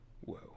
whoa